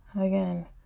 Again